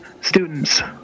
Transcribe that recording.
students